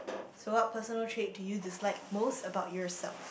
so what personal trait do you dislike most about yourself